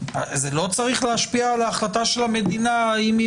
האם זה לא צריך להשפיע על ההחלטה של המדינה האם היא